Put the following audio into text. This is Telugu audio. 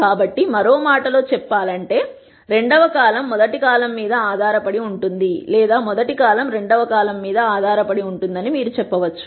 కాబట్టి మరో మాటలో చెప్పాలంటే రెండవ కాలమ్ మొదటి కాలమ్ మీద ఆధారపడి ఉంటుంది లేదా మొదటి కాలమ్ రెండవ కాలమ్ మీద ఆధారపడి ఉంటుందని మీరు చెప్పవచ్చు